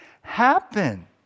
happen